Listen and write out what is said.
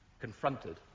confronted